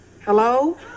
Hello